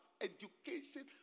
education